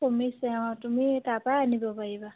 কমিছে অঁ তুমি তাৰপৰাই আনিব পাৰিবা